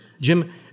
Jim